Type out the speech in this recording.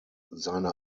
seine